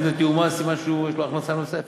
אם זה תיאום מס, סימן שיש להם הכנסה נוספת,